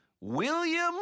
William